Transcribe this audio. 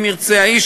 אם ירצה האיש,